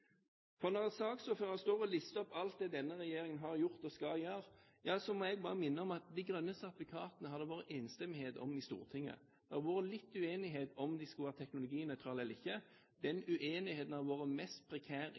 ha. Når saksordføreren står og lister opp alt det denne regjeringen har gjort og skal gjøre, ja så må jeg bare minne om at de grønne sertifikatene har det vært enstemmighet om i Stortinget. Det har vært litt uenighet om de skulle være teknologinøytrale eller ikke. Den uenigheten har vært mest prekær i